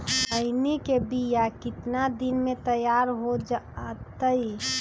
खैनी के बिया कितना दिन मे तैयार हो जताइए?